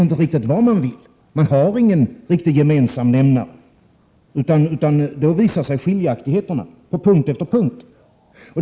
Ni har inte någon riktig gemensam nämnare, utan det visar sig skiljaktigheter på punkt efter punkt.